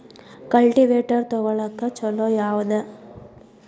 Cultivator ತೊಗೊಳಕ್ಕ ಛಲೋ ಯಾವದ?